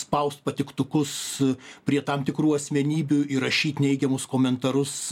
spausti patiktukus prie tam tikrų asmenybių įrašyt neigiamus komentarus